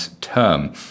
term